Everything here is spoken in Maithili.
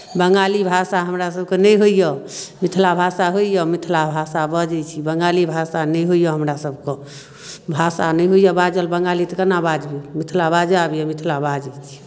बंगाली भाषा हमरासभकेँ नहि होइए मिथिला भाषा होइए मिथिला भाषा बजै छी बंगाली भाषा नहि होइए हमरासभकेँ भाषा नहि होइए बाजल बंगाली तऽ केना बजबै मिथिला बाजय अबैए मिथिला बाजै छी